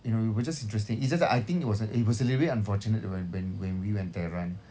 you know it was just interesting it's just that I think it was an it was a really unfortunate when when when we went tehran